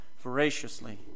voraciously